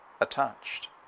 attached